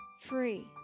Free